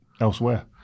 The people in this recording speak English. elsewhere